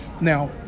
Now